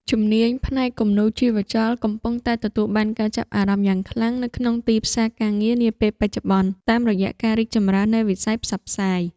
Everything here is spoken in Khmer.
ជំនាញផ្នែកគំនូរជីវចលកំពុងតែទទួលបានការចាប់អារម្មណ៍យ៉ាងខ្លាំងនៅក្នុងទីផ្សារការងារនាពេលបច្ចុប្បន្ន តាមរយៈការរីកចម្រើននៃវិស័យផ្សព្វផ្សាយ។